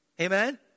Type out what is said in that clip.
Amen